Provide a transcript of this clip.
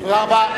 תודה רבה.